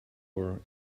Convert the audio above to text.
door